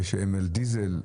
ושהם על דיזל?